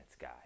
guy